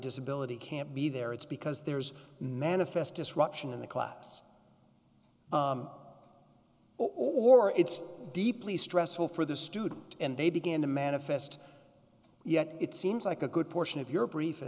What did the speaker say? disability can't be there it's because there's manifest disruption in the class or it's deeply stressful for the student and they began to manifest yet it seems like a good portion of your brief